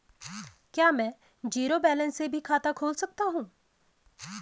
क्या में zero balance से भी खाता खोल सकता हूँ?